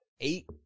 eight